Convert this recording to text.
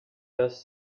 does